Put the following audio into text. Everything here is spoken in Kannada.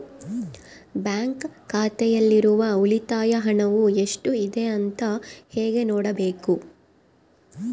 ಬ್ಯಾಂಕ್ ಖಾತೆಯಲ್ಲಿರುವ ಉಳಿತಾಯ ಹಣವು ಎಷ್ಟುಇದೆ ಅಂತ ಹೇಗೆ ನೋಡಬೇಕು?